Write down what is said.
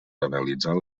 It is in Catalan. analitzant